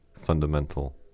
fundamental